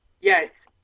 Yes